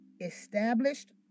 established